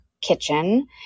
Kitchen